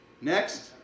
next